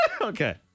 Okay